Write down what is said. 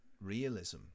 realism